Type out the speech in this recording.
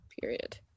period